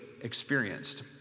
experienced